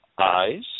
eyes